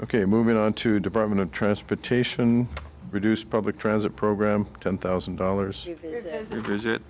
ok moving on to department of transportation reduced public transit program ten thousand dollars visit